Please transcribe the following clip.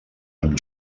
amb